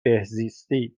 بهزیستی